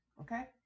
okay